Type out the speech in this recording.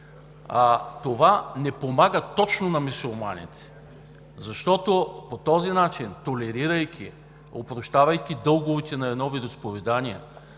това не помага точно на мюсюлманите, защото по този начин – толерирайки, опрощавайки дълговете на едно вероизповедание,